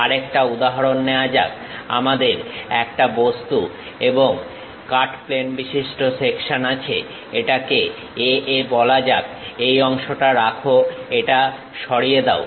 আরেকটা উদাহরণ নেওয়া যাক আমাদের একটা বস্তু এবং কাট প্লেন বিশিষ্ট সেকশন আছে এটাকে A A বলা যাক এই অংশটা রাখো এটা সরিয়ে দাও